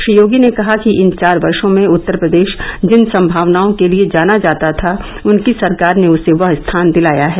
श्री योगी ने कहा कि इन चार वर्षो में उत्तर प्रदेश जिन संभावनाओं के लिए जाना जाता था उनकी सरकार ने उसे वह स्थान दिलाया है